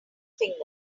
fingers